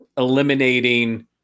eliminating